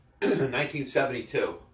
1972